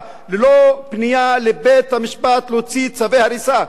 ללא פנייה לבית-המשפט להוציא צווי הריסה.